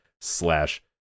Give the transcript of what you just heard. slash